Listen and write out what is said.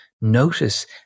notice